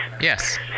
Yes